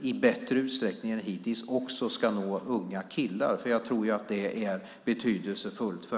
i bättre utsträckning än hittills också ska nå unga killar. Jag tror att det är betydelsefullt.